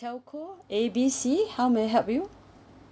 telco A B C how may I help you